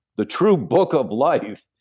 the true book of life.